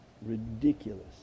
Ridiculous